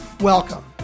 Welcome